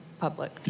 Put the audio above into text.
public